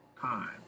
time